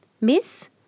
Miss